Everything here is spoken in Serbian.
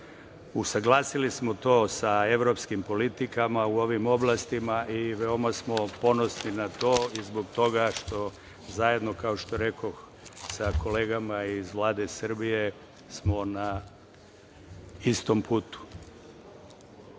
Usaglasili smo to sa evropskim politikama u ovim oblastima i veoma smo ponosni na to i zbog toga što zajedno, kao što rekoh, sa kolegama iz Vlade Srbije smo na istom putu.U